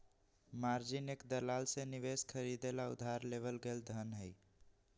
margin एक दलाल से निवेश खरीदे ला उधार लेवल गैल धन हई